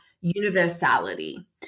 universality